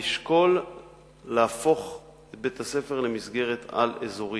היא לשקול להפוך את בית-הספר למסגרת על-אזורית.